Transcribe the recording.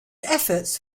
efforts